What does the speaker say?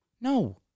No